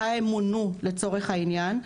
מתי הן מונו לצורך העניין.